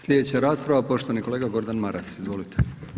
Slijedeća rasprava poštovani kolega Gordan Maras, izvolite.